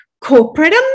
corporate